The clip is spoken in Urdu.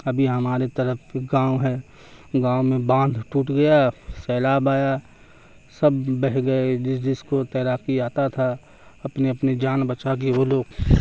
ابھی ہمارے طرف ایک گاؤں ہے گاؤں میں باندھ ٹوٹ گیا سیلاب آیا سب بہہ گئے جس جس کو تیراکی آتا تھا اپنے اپنے جان بچا کے وہ لوگ